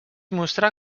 mostrà